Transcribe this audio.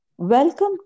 Welcome